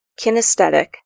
Kinesthetic